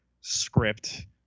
script